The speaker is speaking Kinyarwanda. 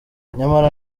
nyamara